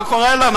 מה קורה לנו?